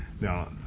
Now